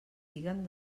siguen